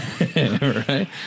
Right